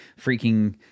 freaking